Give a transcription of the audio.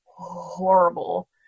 horrible